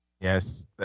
Yes